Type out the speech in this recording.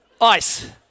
ice